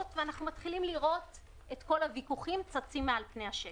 ואנחנו מתחילים לראות את כל הוויכוחים צצים מעל פני השטח.